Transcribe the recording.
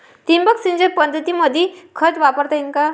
ठिबक सिंचन पद्धतीमंदी खत वापरता येईन का?